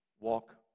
walk